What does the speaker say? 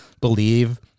believe